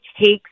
takes